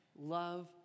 Love